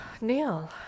Neil